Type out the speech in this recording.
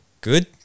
good